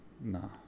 No